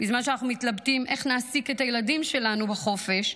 בזמן שאנחנו מתלבטים איך נעסיק את הילדים שלנו בחופש,